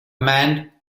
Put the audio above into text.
man